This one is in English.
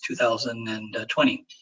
2020